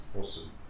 Awesome